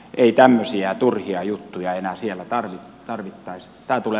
ei tämmöisiä turhia juttuja enää siellä tarvittaisi